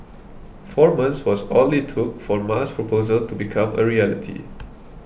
four months was all it took for Ma's proposal to become a reality